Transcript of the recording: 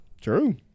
True